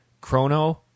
Chrono